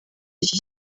iki